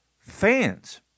fans